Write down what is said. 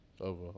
Over